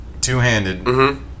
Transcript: two-handed